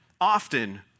often